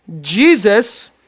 Jesus